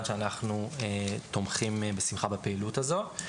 שאנחנו תומכים בשמחה בפעילות הזו.